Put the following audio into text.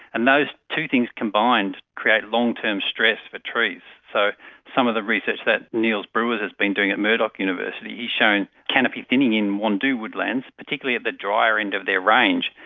and those two things combined create long-term stress for trees. so some of the research that niels brouwers has been doing at murdoch university, he has shown canopy thinning in wandoo woodlands, particularly at the drier end of their range,